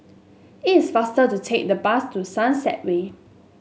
it's faster to take the bus to Sunset Way